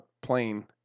plane